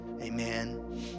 Amen